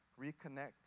reconnect